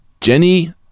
Jenny